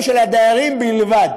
ושל הדיירים בלבד,